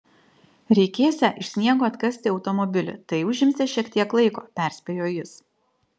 reikėsią iš sniego atkasti automobilį tai užimsią šiek tiek laiko perspėjo jis